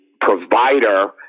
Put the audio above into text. provider